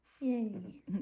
Yay